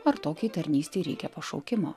ar tokiai tarnystei reikia pašaukimo